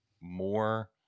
more